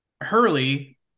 Hurley